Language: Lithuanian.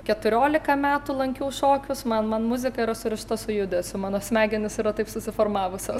keturiolika metų lankiau šokius man man muzika yra surišta su judesiu mano smegenys yra taip susiformavusios